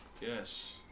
Yes